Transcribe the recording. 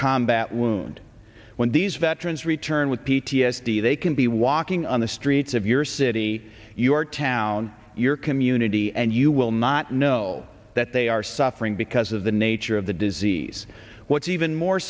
combat wound when these veterans return with p t s d they can be walking on the streets of your city your town your community and you will not know that they are suffering because of the nature of the disease what's even more